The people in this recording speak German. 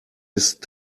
ist